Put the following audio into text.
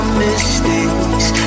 mistakes